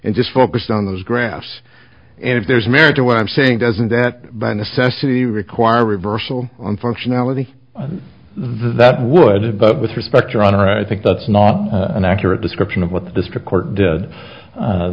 and just focused on those graphs and if there's merit to what i'm saying doesn't that by necessity require reversal on functionality that would it but with respect your honor i think that's not an accurate description of what the district court did